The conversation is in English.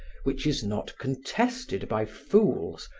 which is not contested by fools,